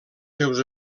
seus